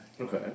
Okay